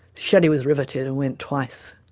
shelley was riveted and went twice.